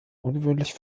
ungewöhnlich